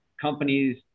companies